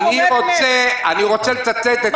אני רוצה לצטט את